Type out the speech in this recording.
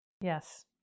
Yes